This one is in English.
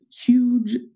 huge